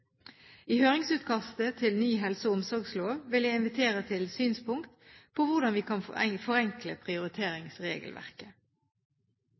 I høringsutkastet til ny helse- og omsorgslov vil jeg invitere til synspunkter på hvordan vi kan